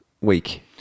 week